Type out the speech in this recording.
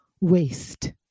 waste